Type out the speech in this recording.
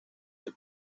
del